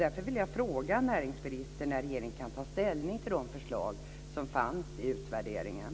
Därför vill jag fråga näringsministern när regeringen kan ta ställning till de förslag som fanns i utvärderingen.